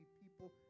people